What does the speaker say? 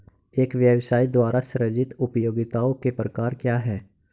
एक व्यवसाय द्वारा सृजित उपयोगिताओं के प्रकार क्या हैं?